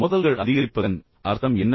மோதல்கள் அதிகரிப்பதன் அர்த்தம் என்ன